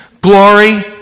glory